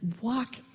walk